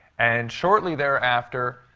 and shortly thereafter,